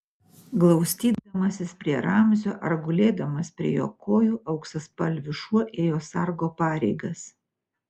glaustydamasis prie ramzio ar gulėdamas prie jo kojų auksaspalvis šuo ėjo sargo pareigas